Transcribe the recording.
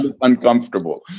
uncomfortable